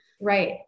right